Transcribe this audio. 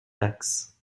taxes